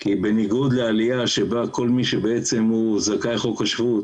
כי בניגוד ל עלייה שבה כל מי שבעצם זכאי חוק השבות